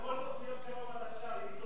כמו כל תוכניות השלום עד עכשיו.